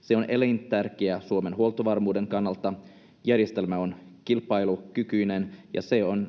Se on elintärkeää Suomen huoltovarmuuden kannalta. Järjestelmä on kilpailukykyinen, ja